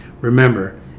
Remember